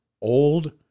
Old